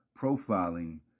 profiling